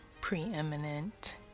preeminent